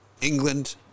England